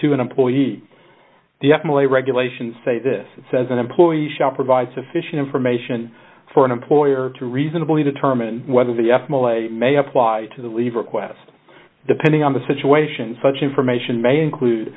to an employee definitely regulations say this says an employee shall provide sufficient information for an employer to reasonably determine whether the may have applied to the leave request depending on the situation such information may include